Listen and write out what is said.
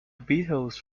beatles